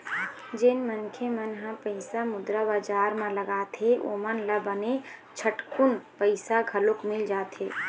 जेन मनखे मन ह पइसा मुद्रा बजार म लगाथे ओमन ल बने झटकून पइसा घलोक मिल जाथे